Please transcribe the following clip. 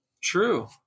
True